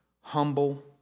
humble